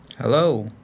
Hello